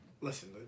Listen